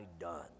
done